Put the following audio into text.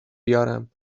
بیارم